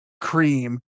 cream